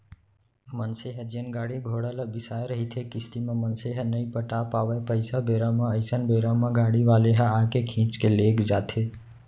मनसे ह जेन गाड़ी घोड़ा ल बिसाय रहिथे किस्ती म मनसे ह नइ पटा पावय पइसा बेरा म अइसन बेरा म गाड़ी वाले ह आके खींच के लेग जाथे